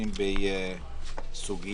בעיקר מה שמעניין אותי,